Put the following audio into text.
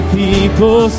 people